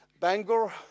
Bangor